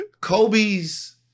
Kobe's